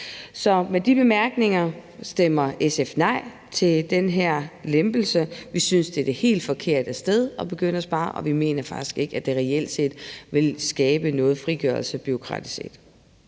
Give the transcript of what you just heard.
jeg sige, at SF stemmer nej til den her lempelse. Vi synes, det er det helt forkerte sted at begynde at spare, og vi mener faktisk ikke, at det reelt set vil skabe noget frigørelse i forhold til